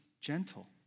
gentle